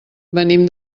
venim